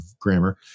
grammar